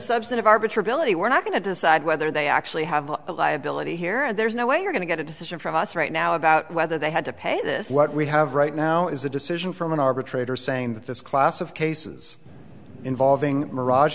of arbiter ability we're not going to decide whether they actually have a liability here and there's no way you're going to get a decision from us right now about whether they had to pay this what we have right now is a decision from an arbitrator saying that this class of cases involving mirage